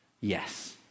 Yes